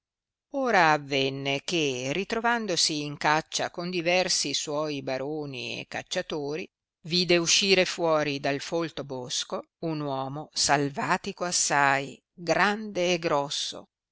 ora avenne che ritrovandosi in caccia con diversi suoi baroni e cacciatori vide uscire fuori del folto bosco un uomo salvatico assai grande e grosso